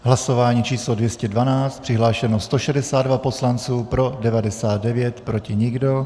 V hlasování číslo 212 přihlášeno 162 poslanců, pro 99, proti nikdo.